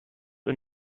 und